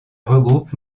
regroupe